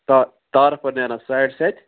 تارَک پَتہٕ نیران ساڑِ سَتہِ